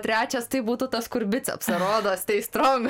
trečias tai būtų tas kur bicepsą rodos stay strong